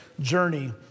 journey